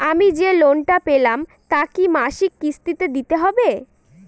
আমি যে লোন টা পেলাম তা কি মাসিক কিস্তি তে দিতে হবে?